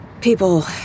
People